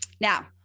Now